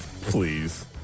Please